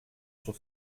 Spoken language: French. sur